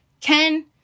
ken